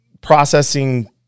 processing